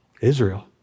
Israel